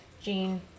Jean